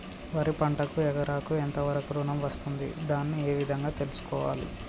వరి పంటకు ఎకరాకు ఎంత వరకు ఋణం వస్తుంది దాన్ని ఏ విధంగా తెలుసుకోవాలి?